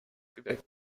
geweckt